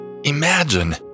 Imagine